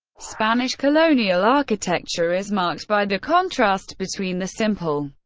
spanish colonial architecture is marked by the contrast between the simple,